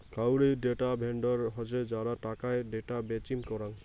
কাউরী data vendor হসে যারা টাকার ডেটা বেচিম করাং